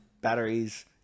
batteries